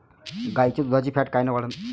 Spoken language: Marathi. गाईच्या दुधाची फॅट कायन वाढन?